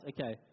Okay